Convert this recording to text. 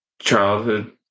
childhood